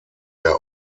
der